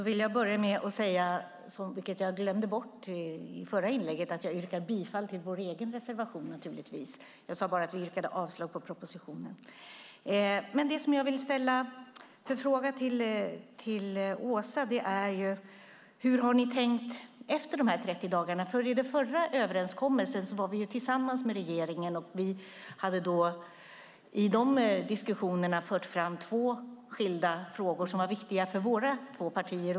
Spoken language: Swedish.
Herr talman! Jag vill börja med att yrka bifall till vår egen reservation. Jag glömde bort det i mitt förra inlägg och sade bara att jag yrkade avslag på propositionen. Den fråga jag vill ställa till Åsa är: Hur har ni tänkt efter de 30 dagarna? I den förra överenskommelsen var vi tillsammans med regeringen, och vi hade i de diskussionerna fört fram två skilda frågor som var viktiga för våra två partier.